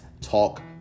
talk